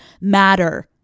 matter